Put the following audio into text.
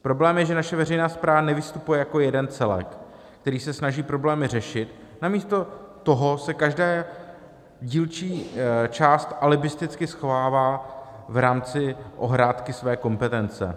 Problém je, že naše veřejná správa nevystupuje jako jeden celek, který se snaží problémy řešit, namísto toho se každá dílčí část alibisticky schovává v rámci ohrádky své kompetence.